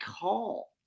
call